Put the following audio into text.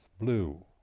blue